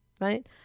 right